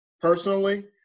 personally